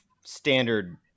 standard